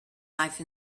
life